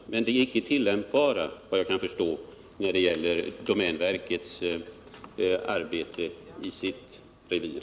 Men de är inte tillämpbara — vad jag kan förstå — när det gäller domänverkets arbete inom dess revir.